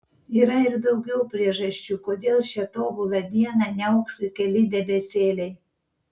yra ir daugiau priežasčių kodėl šią tobulą dieną niauks keli debesėliai